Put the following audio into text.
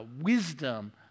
wisdom